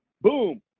boom